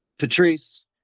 Patrice